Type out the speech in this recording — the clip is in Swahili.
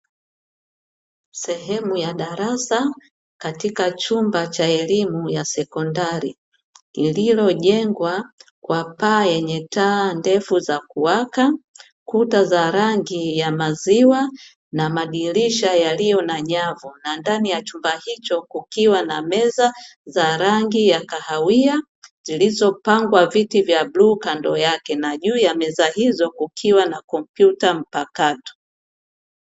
Sehemu ya darasa katika chumba cha elimu ya sekondari lililojengwa kwa paa yenye taa ndefu za kuwaka, kuta za rangi ya maziwa, na madirisha yaliyo na nyavu na ndani ya chumba hicho kukiwa na meza za rangi ya kahawia zilizopangwa viti vya bluu kando yake na juu ya meza hizo kukiwa na kompyuta mpakato.